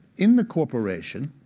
in the corporation,